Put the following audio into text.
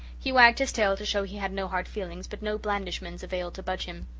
he wagged his tail to show he had no hard feelings but no blandishments availed to budge him.